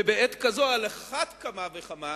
ובעת כזו על אחת כמה וכמה